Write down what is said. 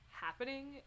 happening